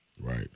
right